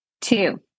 Two